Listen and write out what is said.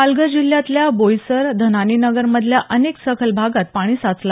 पालघर जिल्ह्यातल्या बोईसर धनानी नगर मधल्या अनेक सखल भागांत पाणी साचलं